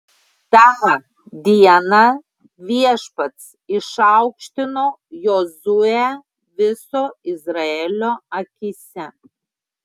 tą dieną viešpats išaukštino jozuę viso izraelio akyse